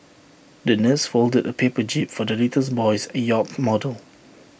the nurse folded A paper jib for the little boy's yacht model